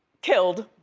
killed,